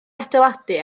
adeiladu